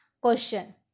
Question